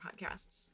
podcasts